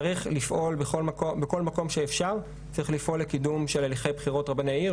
צריך לפעול בכל מקום שאפשר לקידום של הליכי בחירות רבני עיר,